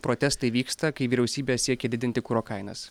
protestai vyksta kai vyriausybė siekia didinti kuro kainas